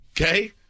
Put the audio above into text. Okay